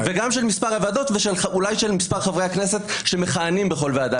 ואולי של מספר חברי הכנסת שמכהנים בכל ועדה.